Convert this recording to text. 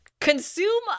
Consume